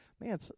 man